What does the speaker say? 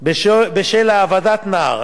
בשל העבדת נער,